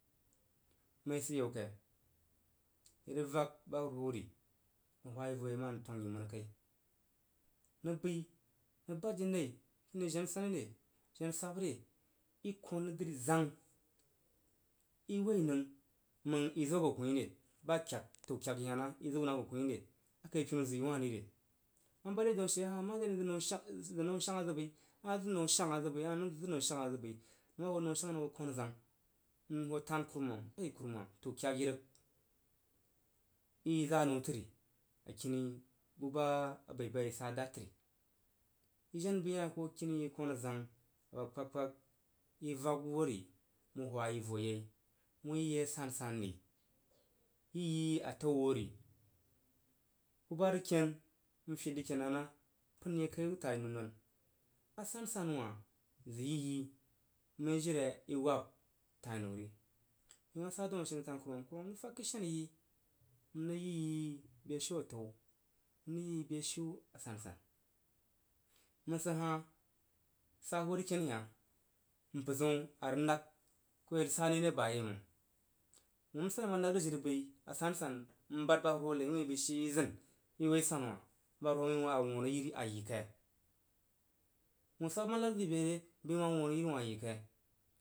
Inəng i sid a ayau kai? Irəg vak ba huruhwo nəi nəng hwa yi yo yei anəng tong nəng mənə kai nəng bəi nəng ba yi nain kiniyi dennsani re jena sabre i kon nəng dri zang iwor nəng məng izo gan koh re batəu təu kyakyi hah na məng izo gankihrire akai pinu zəuwah rireg ima bad nai dau ashe mare ane zəg nəu shogla zəg bəi ahah zəg nəu shanga zəg bəh ima ho nəu shanghnhoo kan azang n hoo tan kurumam ai kuram amtən kgak yi rəg, izaa nəu təri akiniba isa dad tri iden bəihah i hoo kini yi kona lona apa kpag kpag iyag wo ri uhwayi vo yei uyiye asansan ri yiye atao wori. Buba rəg ken n fid rəg ken hah nah pənye kai uzəs fad ye woo nonnoa. Asanan wah zəg yi məg jiri ai wob taina ri. I ma sa daa ashe n zəg tan kurumami karumam rəg fag kəisheni yi n rəg yiyi beshin atao, n rəg yiyi beshin asansan məng sidhah sa hoo rəg ken ihah n pəzəan arəg nəg ko irəg sani re ba yeiməng wun nsani ma nag nəg jiri bəi wuin asansan m bad ba hurhwonai wuin inzin iwo banu wah ba hurhoo wuin a wuh arəg yiri a yi kain wuh sahb ma nag zəi bere bəi wah wuh arəg yiri wah yikai.